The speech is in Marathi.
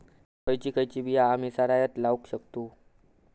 खयची खयची बिया आम्ही सरायत लावक शकतु?